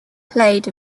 played